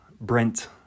Brent